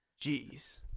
Jeez